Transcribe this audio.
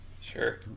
Sure